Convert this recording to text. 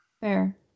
Fair